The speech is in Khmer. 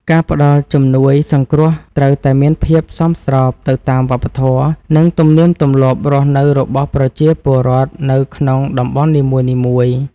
ការផ្តល់ជំនួយសង្គ្រោះត្រូវតែមានភាពសមស្របទៅតាមវប្បធម៌ និងទំនៀមទម្លាប់រស់នៅរបស់ប្រជាពលរដ្ឋនៅក្នុងតំបន់នីមួយៗ។